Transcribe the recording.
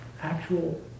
actual